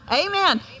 Amen